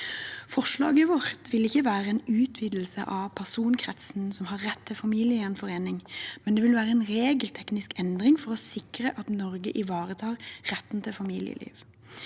Forslaget vårt vil ikke være en utvidelse av personkretsen som har rett til familiegjenforening, men det vil være en regelteknisk endring for å sikre at Norge ivaretar retten til familieliv.